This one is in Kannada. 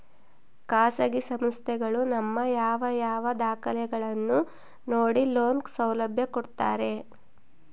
ಖಾಸಗಿ ಸಂಸ್ಥೆಗಳು ನಮ್ಮ ಯಾವ ಯಾವ ದಾಖಲೆಗಳನ್ನು ನೋಡಿ ಲೋನ್ ಸೌಲಭ್ಯ ಕೊಡ್ತಾರೆ?